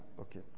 okay